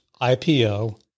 IPO